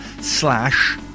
slash